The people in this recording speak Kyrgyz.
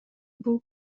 бул